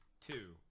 Two